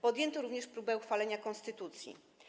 Podjęto również próbę uchwalenia konstytucji.